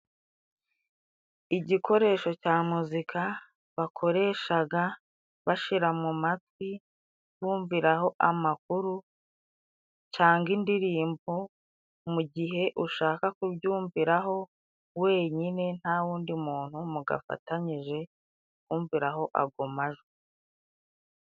Igikoresho cya muzika bakoreshaga bashira mu matwi bumviraho amakuru canga indirimbo, mu gihe ushaka kubyumvira ho wenyine nta undi muntu mugafatanyije wumviraho agombamajwi.